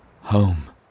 Home